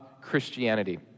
Christianity